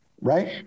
right